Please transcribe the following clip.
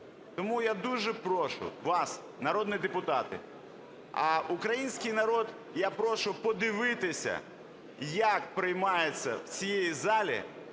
Тому я дуже прошу вас, народні депутати, а український народ я прошу подивитися, як приймається в цій залі